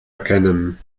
erkennen